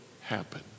happen